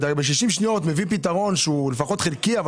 אפילו חלקי,